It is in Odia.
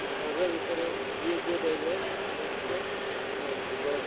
ଘର ଭିତରେ ଯିଏ ଯିଏ ରହିବ ସମସ୍ତେ ମରିଯିବ